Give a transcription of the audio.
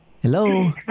Hello